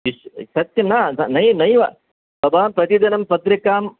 निश् सत्य न नै नैव भवान् प्रतिदिनं पत्रिकां